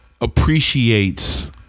appreciates